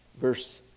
verse